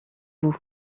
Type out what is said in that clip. vous